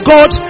God